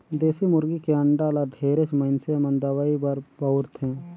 देसी मुरगी के अंडा ल ढेरेच मइनसे मन दवई बर बउरथे